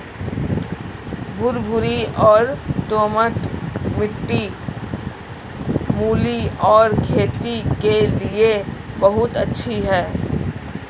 भुरभुरी और दोमट मिट्टी मूली की खेती के लिए बहुत अच्छी है